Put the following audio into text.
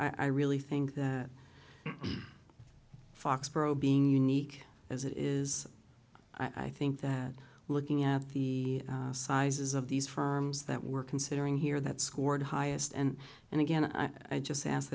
t i really think that foxboro being unique as it is i think that looking at the sizes of these firms that we're considering here that scored highest and and again i just ask